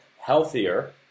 Healthier